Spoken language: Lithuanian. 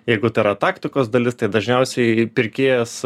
jeigu tai yra taktikos dalis tai dažniausiai pirkėjas